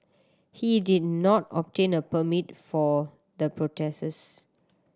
he did not obtain a permit for the protests